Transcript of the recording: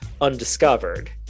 undiscovered